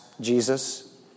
Jesus